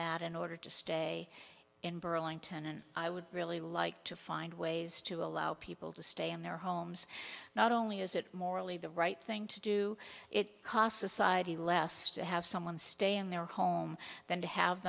that in order to stay in burlington and i would really like to find ways to allow people to stay in their homes not only is it morally the right thing to do it cost society less to have someone stay in their home than to have